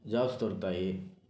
jobs దొరుకుతాయి